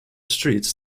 streets